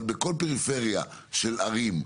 אבל בכל פריפריה של ערים,